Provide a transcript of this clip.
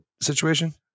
situation